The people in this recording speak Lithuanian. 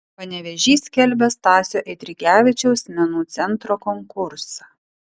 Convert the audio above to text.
panevėžys skelbia stasio eidrigevičiaus menų centro konkursą